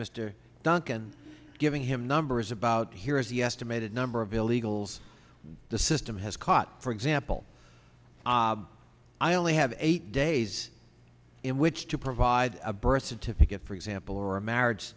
mr duncan giving him numbers about here is the estimated number of illegals in the system has caught for example i only have eight days in which to provide a birth certificate for example or a marriage